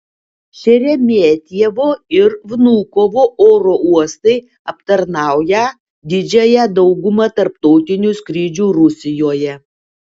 šeremetjevo ir vnukovo oro uostai aptarnaują didžiąją daugumą tarptautinių skrydžių rusijoje